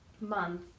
month